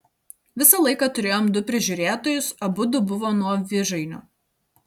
visą laiką turėjom du prižiūrėtojus abudu buvo nuo vižainio